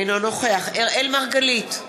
אינו נוכח אראל מרגלית,